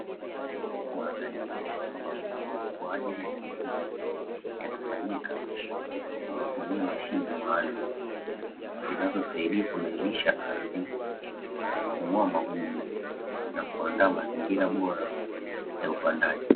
Maandalizi ya shamba kwaajili ya kilimo yanafanyika kwa kutumia mashine maalumu zinazosaidia kulainisha ardhi, kung'oa magugu na kuandaa mazingira bora ya upandaji.